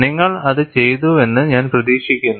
നിങ്ങൾ അത് ചെയ്തുവെന്ന് ഞാൻ പ്രതീക്ഷിക്കുന്നു